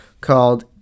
called